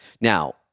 Now